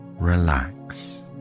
relax